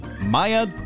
Maya